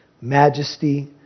majesty